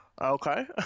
okay